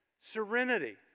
Serenity